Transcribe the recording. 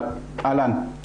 אהלן.